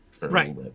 Right